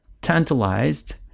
tantalized